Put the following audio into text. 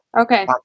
okay